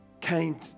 Came